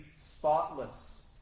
spotless